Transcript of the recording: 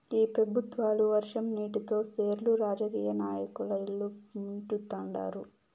ఈ పెబుత్వాలు వర్షం నీటితో సెర్లు రాజకీయ నాయకుల ఇల్లు ముంచుతండారు